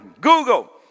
Google